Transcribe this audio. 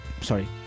Sorry